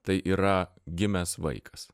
tai yra gimęs vaikas